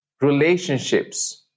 relationships